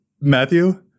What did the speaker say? Matthew